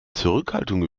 zurückhaltung